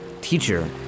Teacher